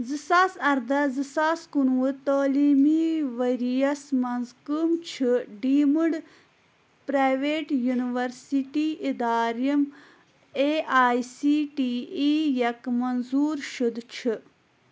زٕ سا اَرداہ زٕ ساس کُنوُہ تعلیٖمی ورۍ یَس مَنٛز کٕم چھِ ڈیٖمڈ پرٛاویٹ یونیورسِٹی ادارٕ یِم A I C T E یَک منظور شُدٕ چھِ؟